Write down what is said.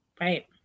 Right